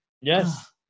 Yes